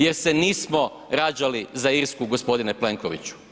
Jer se nismo rađali za Irsku, g. Plenkoviću.